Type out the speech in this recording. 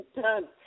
done